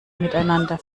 miteinander